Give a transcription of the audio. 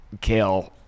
kill